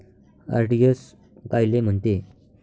RTGS कायले म्हनते?